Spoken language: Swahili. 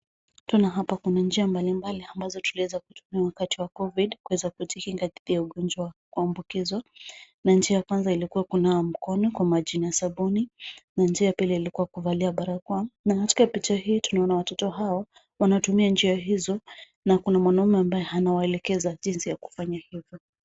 Tuna hapa kuna njia mbalimbali ambazo tulieza kutumia wakati wa Covid kuweza kuweza kutihi katika ugonjwa kuambukizwa na njia ya kwanza ilikuwa kunawa mikono kwa maji na sabuni na njia ya pili ilikuwa kuvalia barakoa na katika picha hii tunaona watoto hawa wanatumia njia hizo na kuna mwanaume ambaye anawaelekeza jinsi ya kufanya hivyo.